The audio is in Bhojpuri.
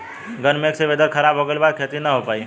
घन मेघ से वेदर ख़राब हो गइल बा खेती न हो पाई